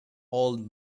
old